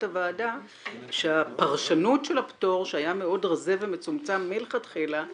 הוועדה שהפרשנות של הפטור שהיה מאוד רזה ומצומצם מלכתחילה,